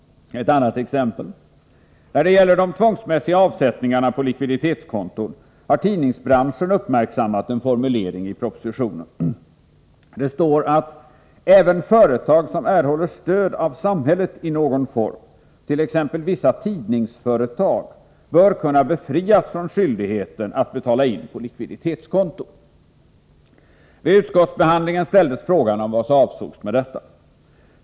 Ett annat exempel: När det gäller de tvångsmässiga avsättningarna på likviditetskonton har tidningsbranschen uppmärksammat en formulering i propositionen. Det står att även företag som erhåller stöd av samhället i någon form, t.ex. vissa tidningsföretag, bör kunna befrias från skyldigheten att betala in på likviditetskonto. Vid utskottsbehandlingen ställdes frågan vad som avsågs med detta.